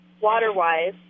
water-wise